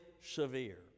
severe